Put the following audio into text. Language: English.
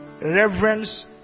reverence